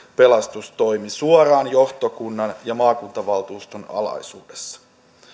pelastustoimi suoraan johtokunnan ja maakuntavaltuuston alaisuudessa